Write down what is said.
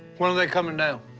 when are they coming down?